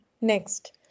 next